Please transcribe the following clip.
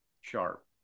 sharp